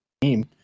team